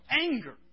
anger